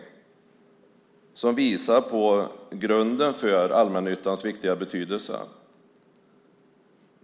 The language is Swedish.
Det visar på grunden för allmännyttans viktiga betydelse.